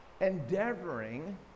endeavoring